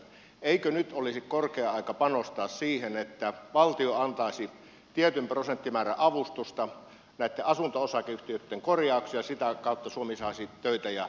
eikö nyt olisi korkea aika panostaa siihen että valtio antaisi tietyn prosenttimäärän avustusta näitten asunto osakeyhtiöitten korjaukseen ja sitä kautta suomi saisi töitä ja tuloja